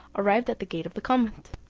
arrived at the gate of the convent.